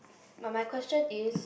but my question is